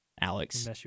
Alex